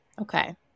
Okay